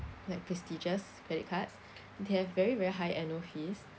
like prestigious credit cards they have very very high annual fees